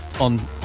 on